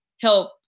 help